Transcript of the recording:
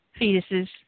Fetuses